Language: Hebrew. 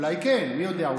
אולי כן, מי יודע?